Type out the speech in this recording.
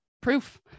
proof